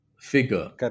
figure